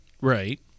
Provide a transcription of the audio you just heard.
Right